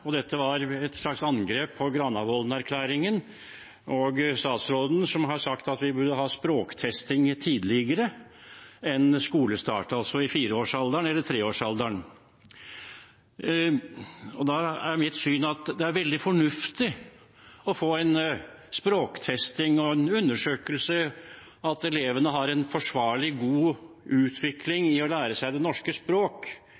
Dette var et slags angrep på Granavolden-plattformen og på statsråden, som har sagt at vi burde ha språktesting litt tidligere enn ved skolestart, altså i 4-årsalderen eller i 3-årsalderen. Mitt syn er at det er veldig fornuftig å få en språktesting og en undersøkelse av barn i 3–4-årsalderen – at de har en forsvarlig og god